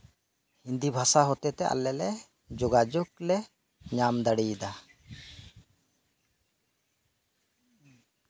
ᱦᱤᱱᱫᱤ ᱵᱷᱟᱥᱟ ᱦᱚᱛᱮᱛᱮ ᱟᱞᱮ ᱞᱮ ᱡᱳᱜᱟᱡᱳᱜ ᱞᱮ ᱧᱟᱢ ᱫᱟᱲᱮᱭᱟᱫᱟ